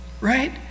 Right